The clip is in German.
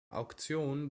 auktion